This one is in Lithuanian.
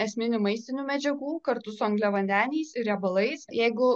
esminių maistinių medžiagų kartu su angliavandeniais ir riebalais jeigu